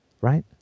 Right